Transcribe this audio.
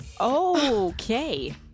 Okay